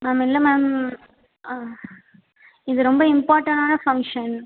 ma'am இல்லை ma'am இது ரொம்ப இம்பார்ட்டனான ஃபங்க்ஷன்